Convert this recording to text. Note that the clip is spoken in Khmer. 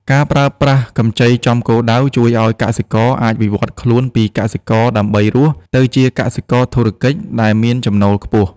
ការប្រើប្រាស់កម្ចីចំគោលដៅជួយឱ្យកសិករអាចវិវត្តខ្លួនពី "កសិករដើម្បីរស់" ទៅជា "កសិករធុរកិច្ច" ដែលមានចំណូលខ្ពស់។